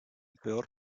peor